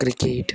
cricket